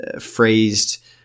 phrased